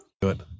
Good